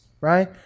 right